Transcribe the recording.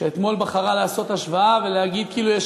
שאתמול בחרה לעשות השוואה ולהגיד כאילו יש